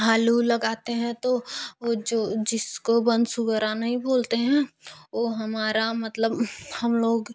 आलू लगाते है तो वह जो जिसको वनसुअरा नहीं बोलते है वह हमारा मतलब हम लोग